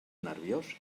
nerviós